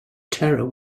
terror